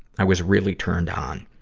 i was really turned on,